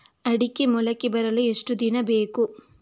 ಅಡಿಕೆ ಮೊಳಕೆ ಬರಲು ಎಷ್ಟು ದಿನ ಬೇಕು?